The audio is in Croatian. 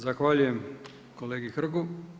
Zahvaljujem kolegi Hrgu.